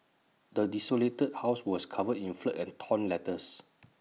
the desolated house was covered in filth and torn letters